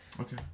okay